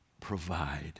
provide